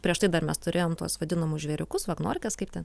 prieš tai dar mes turėjom tuos vadinamus žvėriukus vagnorkes kaip ten